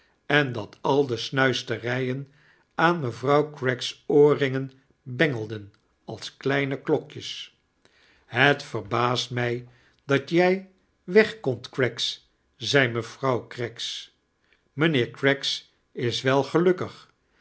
en dat al de snuisterijen aan mevrouw craggs oorringen bengelden als-kleine klokjes het verbaast mij dat jij weg kondt craggs zei mevrouw craggs mijnheer craggs is wel gelukkig